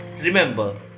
remember